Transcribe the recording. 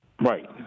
Right